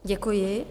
Děkuji.